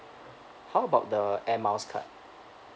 how about the air miles card